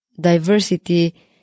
diversity